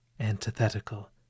antithetical